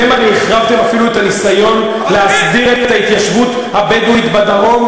אתם הרי החרבתם אפילו את הניסיון להסדיר את ההתיישבות הבדואית בדרום,